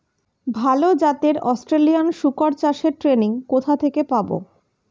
ভালো জাতে অস্ট্রেলিয়ান শুকর চাষের ট্রেনিং কোথা থেকে পাব?